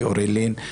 ואוריאל לין,